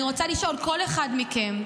אני רוצה לשאול כל אחד מכם,